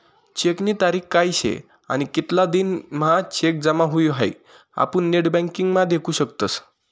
चेकनी तारीख काय शे आणि कितला दिन म्हां चेक जमा हुई हाई आपुन नेटबँकिंग म्हा देखु शकतस